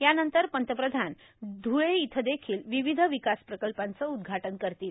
यानंतर पंतप्रधान ध्वळे इथं देखील विविध विकास प्रकल्पांचं उद्घाटन करतील